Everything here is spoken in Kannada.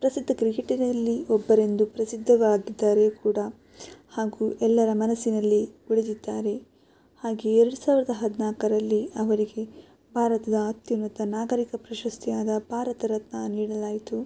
ಪ್ರಸಿದ್ಧ ಕ್ರಿಕೆಟಿಗರಲ್ಲಿ ಒಬ್ಬರೆಂದು ಪ್ರಸಿದ್ಧವಾಗಿದ್ದಾರೆ ಕೂಡ ಹಾಗೂ ಎಲ್ಲರ ಮನಸ್ಸಿನಲ್ಲಿ ಉಳಿದಿದ್ದಾರೆ ಹಾಗೇ ಎರಡು ಸಾವಿರದ ಹದಿನಾಲ್ಕರಲ್ಲಿ ಅವರಿಗೆ ಭಾರತದ ಅತ್ಯುನ್ನತ ನಾಗರಿಕ ಪ್ರಶಸ್ತಿ ಆದ ಭಾರತ ರತ್ನ ನೀಡಲಾಯಿತು